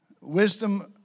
wisdom